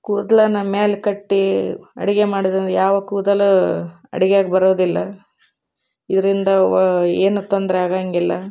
ಕೂದಲನ್ನ ಮೇಲೆ ಕಟ್ಟಿ ಅಡುಗೆ ಮಾಡೋದರಿಂದ ಯಾವ ಕೂದಲೂ ಅಡ್ಗೆಯಾಗ ಬರೋದಿಲ್ಲ ಇದರಿಂದ ವ ಏನೂ ತೊಂದರೆ ಆಗೋಂಗಿಲ್ಲ